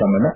Thammanna